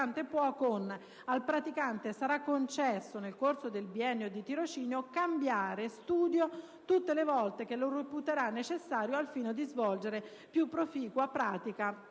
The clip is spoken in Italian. «Al praticante sarà concesso, nel corso del biennio di tirocinio, cambiare studio tutte le volte che lo reputerà necessario al fine di svolgere più proficua pratica